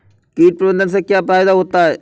कीट प्रबंधन से क्या फायदा होता है?